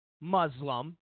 Muslim